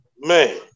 Man